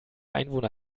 einwohner